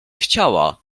chciała